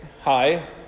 hi